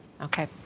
Okay